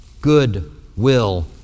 Goodwill